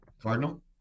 Cardinal